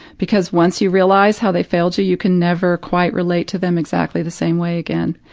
because once you realize how they failed you, you can never quite relate to them exactly the same way again.